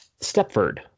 Stepford